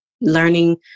learning